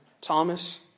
Thomas